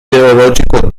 teologico